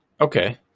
Okay